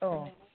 औ